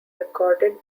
recorded